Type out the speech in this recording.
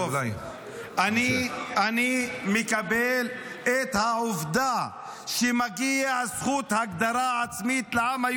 תגיד: מקבל את זכותה של ישראל להתקיים כמדינה